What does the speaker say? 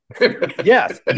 Yes